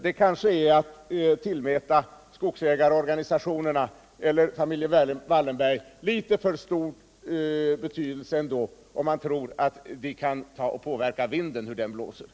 Det kanske ändå är att tillmäta skogsägarorganisationerna eller familjen Wallenberg litet för stor betydelse att tro att de också kan påverka hur vinden blåser.